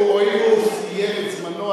הואיל והוא סיים את זמנו,